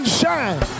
shine